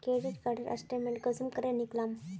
Credit कार्डेर statement कुंसम करे निकलाम?